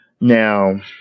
Now